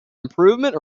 improvement